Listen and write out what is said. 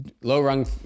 Low-rung